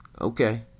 Okay